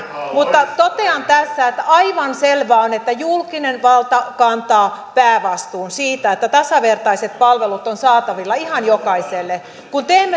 mutta totean tässä että aivan selvää on että julkinen valta kantaa päävastuun siitä että tasavertaiset palvelut ovat saatavilla ihan jokaiselle kun teemme